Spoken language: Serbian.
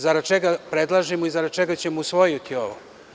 Zarad čega pedlažemo i zarad čega ćemo usvojiti ovo?